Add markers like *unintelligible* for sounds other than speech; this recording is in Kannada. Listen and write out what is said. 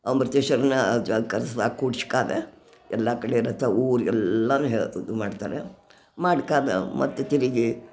ಅಮೃತೇಶ್ವರನ ಜಾಗ *unintelligible* ಎಲ್ಲಾ ಕಡೆ ರಥ ಊರಿ ಎಲ್ಲನು ಹೇಳ್ತಿದು ಮಾಡ್ತಾರೆ ಮಾಡ್ಕಾದ ಮತ್ತೆ ತೆರಿಗೆ